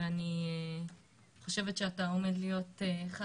ואני חושבת שאתה עומד להיות אחד